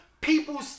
people